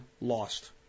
lost